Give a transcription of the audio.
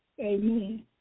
Amen